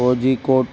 Kozhikode